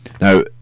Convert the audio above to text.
now